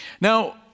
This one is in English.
Now